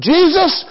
Jesus